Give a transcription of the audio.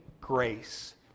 grace